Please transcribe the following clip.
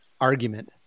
argument